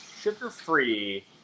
sugar-free